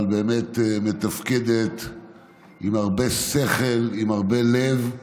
אבל באמת היא מתפקדת עם הרבה שכל, עם הרבה לב,